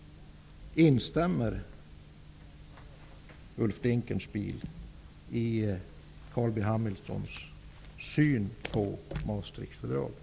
Instämmer Ulf Dinkelspiel i Carl B. Hamiltons syn på Maastrichtfördraget?